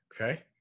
Okay